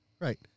Right